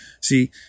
See